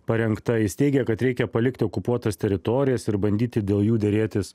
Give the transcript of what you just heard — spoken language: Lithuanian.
parengta jis teigia kad reikia palikti okupuotas teritorijas ir bandyti dėl jų derėtis